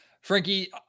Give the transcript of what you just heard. Frankie